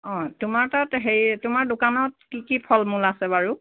অঁ তোমাৰ তাত হেৰি তোমাৰ দোকানত কি কি ফল মূল আছে বাৰু